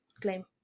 claim